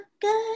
good